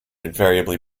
invariably